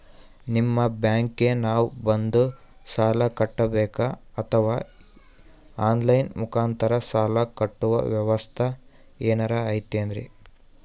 ನಿಮ್ಮ ಬ್ಯಾಂಕಿಗೆ ನಾವ ಬಂದು ಸಾಲ ಕಟ್ಟಬೇಕಾ ಅಥವಾ ಆನ್ ಲೈನ್ ಮುಖಾಂತರ ಸಾಲ ಕಟ್ಟುವ ವ್ಯೆವಸ್ಥೆ ಏನಾರ ಐತೇನ್ರಿ?